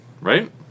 right